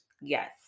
Yes